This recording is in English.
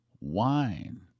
wine